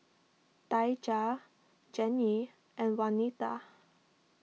Daija Gennie and Wanita